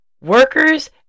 Workers